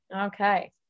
Okay